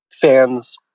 fans